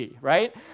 right